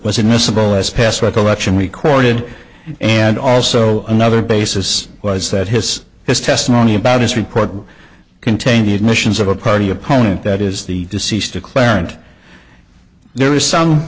as passed recollection recorded and also another basis was that his his testimony about his record contained the admissions of a party opponent that is the deceased declarant there is some